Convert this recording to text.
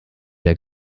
der